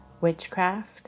Witchcraft